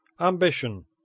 Ambition